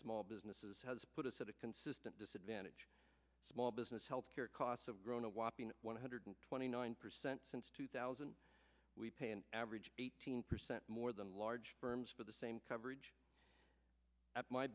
small businesses has put us at a consistent disadvantage small business health care costs have grown a whopping one hundred twenty nine percent since two thousand we pay an average eighteen percent more than large firms for the same coverage at my